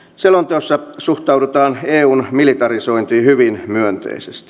selonteossa suhtaudutaan eun militarisointiin hyvin myönteisesti